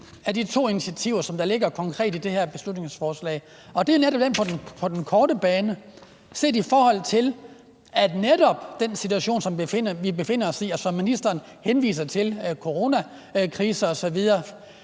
af de to initiativer, som der ligger konkret i det her beslutningsforslag – og det er netop det på den korte bane – set i forhold til, at det netop i den situation, som vi befinder os i, og som ministeren henviser til, nemlig coronakrisen osv.